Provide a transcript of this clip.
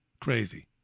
Crazy